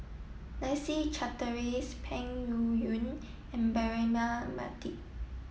Leslie Charteris Peng Yuyun and Braema Mathi